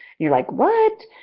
you're like, what?